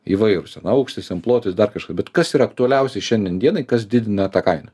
įvairūs ten aukštis ten plotis dar kažkas bet kas yra aktualiausia šiandien dienai kas didina tą kainą